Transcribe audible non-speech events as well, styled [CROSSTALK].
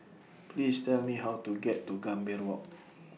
Please Tell Me How to get to Gambir Walk [NOISE]